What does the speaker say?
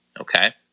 Okay